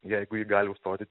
jeigu ji gali užstoti